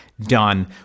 done